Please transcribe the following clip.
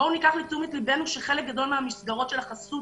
בואו ניקח לתשומת לבנו שחלק גדול מהמסגרות של החסות